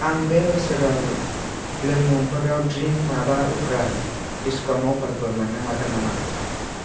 आं बे बोसोराव लोंमुंफोराव ड्रिं माबा उफ्रा डिसकाउन्ट अफारफोर मोन्नो हागोन नामा